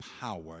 power